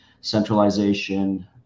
centralization